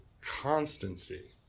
constancy